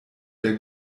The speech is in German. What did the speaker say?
der